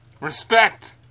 Respect